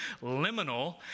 liminal